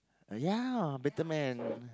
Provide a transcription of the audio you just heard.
ya better man